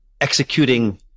executing